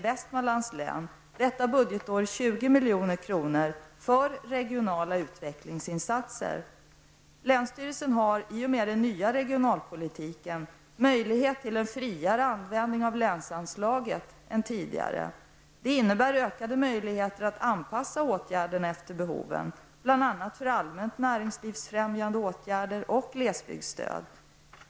Västmanlands län detta budgetår 20 milj.kr. för regionala utvecklingsinsatser. Länsstyrelsen har i och med den nya regionalpolitiken möjlighet till en friare användning av länsanslaget än tidigare. Det innebär ökade möjligheter att anpassa åtgärderna efter behoven, bl.a. för allmänt näringslivsfrämjande åtgärder och glesbygdsstöd.